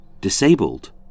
disabled